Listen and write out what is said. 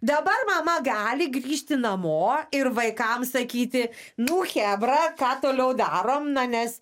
dabar mama gali grįžti namo ir vaikams sakyti nu chebra ką toliau darom na nes